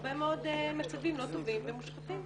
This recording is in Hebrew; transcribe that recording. הרבה מאוד מצבים לא טובים ומושחתים.